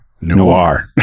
Noir